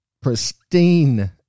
pristine